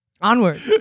onward